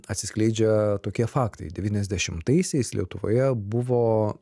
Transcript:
atsiskleidžia tokie faktai devyniasdešimtaisiais lietuvoje buvo